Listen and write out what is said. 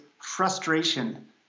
frustration